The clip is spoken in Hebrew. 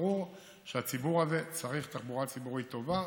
ברור שהציבור הזה צריך תחבורה ציבורית טובה,